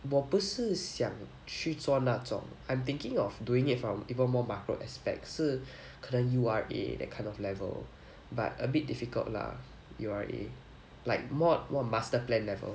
我不是想去做那种 I'm thinking of doing it from even more macro aspects 是可能是 U_R_A that kind of level but a bit difficult lah U_R_A like more more masterplan level